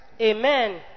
Amen